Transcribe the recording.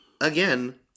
again